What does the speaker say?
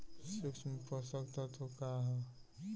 सूक्ष्म पोषक तत्व का ह?